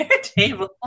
table